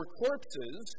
corpses